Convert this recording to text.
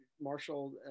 Marshall